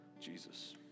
Jesus